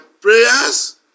prayers